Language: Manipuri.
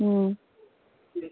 ꯎꯝ